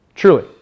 Truly